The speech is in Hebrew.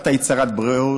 את היית שרת הבריאות,